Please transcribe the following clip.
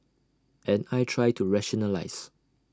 and I try to rationalise